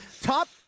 top